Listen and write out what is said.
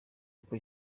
uko